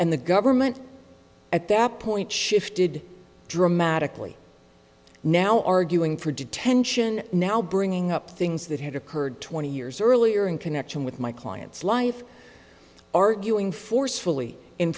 and the government at that point shifted dramatically now arguing for detention now bringing up things that had occurred twenty years earlier in connection with my client's life arguing forcefully in